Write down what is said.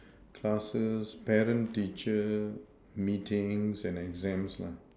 classes parent teacher meetings and exams